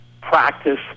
Practice